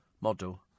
Model